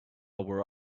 were